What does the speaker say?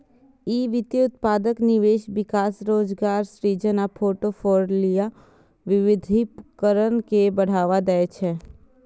ई वित्तीय उत्पादक निवेश, विकास, रोजगार सृजन आ फोर्टफोलियो विविधीकरण के बढ़ावा दै छै